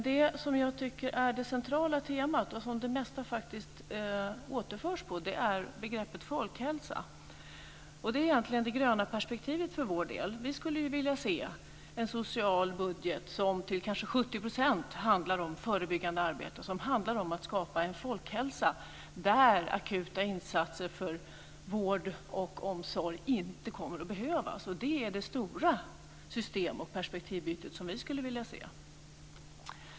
Det som jag tycker är det centrala temat och som det mesta faktiskt återförs till är begreppet folkhälsa. Det är egentligen det gröna perspektivet för vår del. Vi skulle ju vilja se en social budget som kanske till 70 % handlar om förebyggande arbete, som handlar om att skapa en folkhälsa där akuta insatser för vård och omsorg inte kommer att behövas. Det är det stora system och perspektivbyte som vi skulle vilja se.